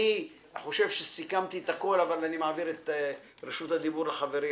אני חושב שסיכמתי את הכל אבל אני מעביר את רשות הדיבור לחברי,